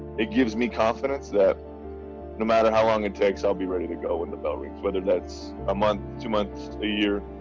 it gives me confidence that no matter how long it takes, i'll be ready to go when the bell rings, whether that's a month, two months, a year,